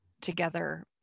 together